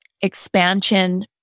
expansion